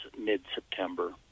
mid-September